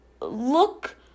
look